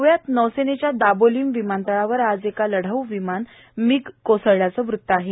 गोवा इथं नौसेनेच्या दाबोलीम विमानतळावर आज एक लढाऊ विमान मीग कोसळल्याचं वृत्त आहे